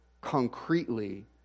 concretely